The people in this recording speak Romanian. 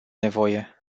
nevoie